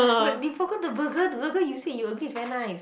but you forgot the burger the burger you said you agree it's very nice